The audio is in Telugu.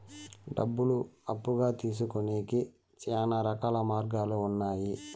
డబ్బులు అప్పుగా తీసుకొనేకి శ్యానా రకాల మార్గాలు ఉన్నాయి